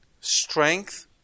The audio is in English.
Strength